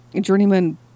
journeyman